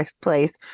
place